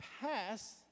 pass